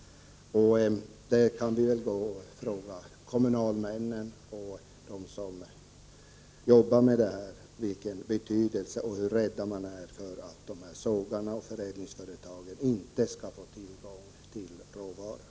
Det är bara att fråga kommunalmännen och de som arbetar med detta för att få veta vilken betydelse sågarna har och hur rädd man är för att sågarna och förädlingsföretagen inte skall få tillgång till råvaror.